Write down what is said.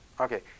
Okay